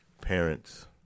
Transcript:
Parents